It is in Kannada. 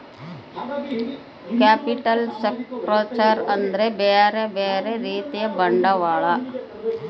ಕ್ಯಾಪಿಟಲ್ ಸ್ಟ್ರಕ್ಚರ್ ಅಂದ್ರ ಬ್ಯೆರೆ ಬ್ಯೆರೆ ರೀತಿಯ ಬಂಡವಾಳ